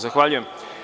Zahvaljujem.